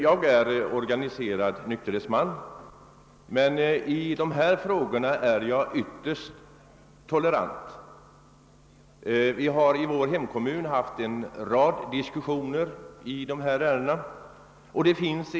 Jag är organiserad nykterhetsman, men i dessa frågor är jag ytterst tolerant. I min hemkommun har vi haft en mängd diskussioner i liknande frågor.